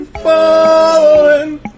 following